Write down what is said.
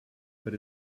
but